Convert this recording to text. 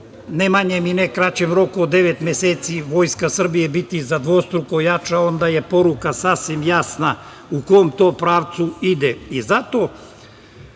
ne manjem i ne kraćem roku od devet meseci Vojska Srbije biti za dvostruko jača. Onda je poruka sasvim jasna u kom to pravcu ide. Zato